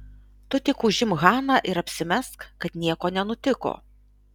tu tik užimk haną ir apsimesk kad nieko nenutiko